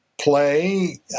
play